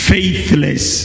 Faithless